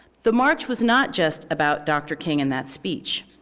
the march was not just about dr. king in that speech.